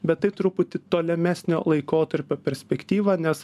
bet tai truputį tolimesnio laikotarpio perspektyvą nes